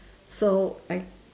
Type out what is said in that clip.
so I